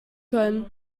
können